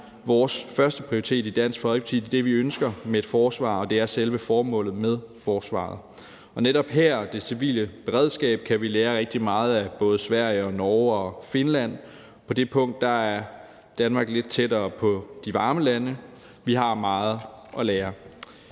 vores førsteprioritet i Dansk Folkeparti – det er det, vi ønsker med et forsvar, og det er selve formålet med forsvaret. Og netop her, i forhold til det civile beredskab, kan vi lære rigtig meget af både Sverige og Norge og Finland. På det punkt er Danmark lidt tættere på de varme lande – vi har meget at lære.